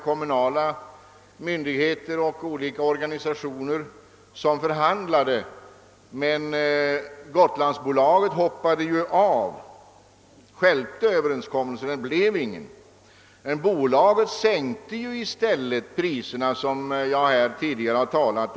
Kommunala myndigheter och olika organisationer förhandlade, men Gotlandsbolaget stjälpte ju en överenskommelse. I stället sänkte bolaget transportpriset för I-registrerade personbilar med 50 2, som jag tidigare framhållit.